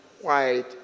white